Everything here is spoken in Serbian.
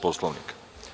Poslovnika?